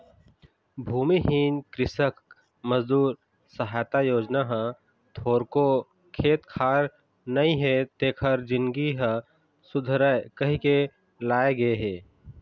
भूमिहीन कृसक मजदूर सहायता योजना ह थोरको खेत खार नइ हे तेखर जिनगी ह सुधरय कहिके लाए गे हे